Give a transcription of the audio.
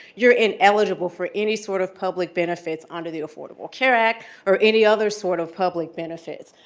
you're ineligible for any sort of public benefits under the affordable care act or any other sort of public benefits.